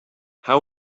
how